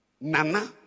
Nana